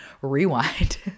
rewind